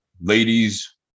ladies